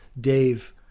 Dave